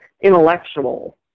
intellectual